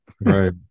right